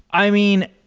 i mean,